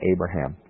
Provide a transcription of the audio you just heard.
Abraham